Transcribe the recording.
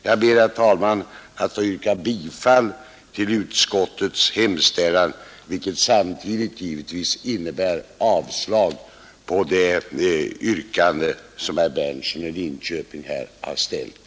Jag ber, herr talman, att få yrka bifall till utskottets hemställan, vilket samtidigt givetvis innebär avslag på det yrkande som herr Berndtson i Linköping här har framställt.